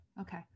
okay